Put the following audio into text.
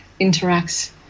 interacts